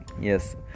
Yes